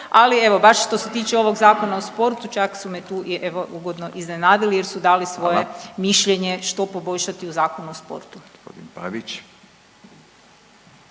ali evo, baš što se tiče ovog Zakona o sportu čak su me tu evo i ugodno iznenadili jer su dali .../Upadica: Hvala./... svoje mišljenje što poboljšati u Zakonu o sportu.